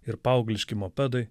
ir paaugliški mopedai